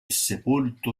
sepolto